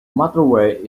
motorway